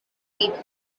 people